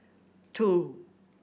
two